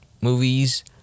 movies